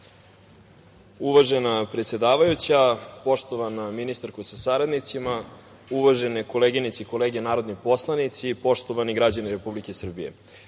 Uvažena predsedavajuća, poštovana ministarko sa saradnicima, uvažene koleginice i kolege narodni poslanici, poštovani građani Republike Srbije,